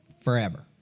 forever